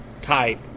type